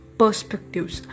perspectives